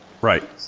Right